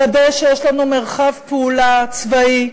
לוודא שיש לנו מרחב פעולה צבאי,